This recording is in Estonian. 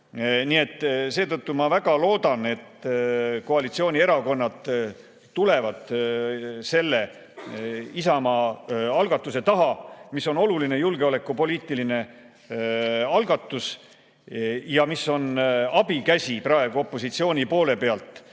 looks. Seetõttu ma väga loodan, et koalitsioonierakonnad tulevad selle Isamaa algatuse taha, mis on oluline julgeolekupoliitiline algatus ja mis on abikäsi opositsiooni poole pealt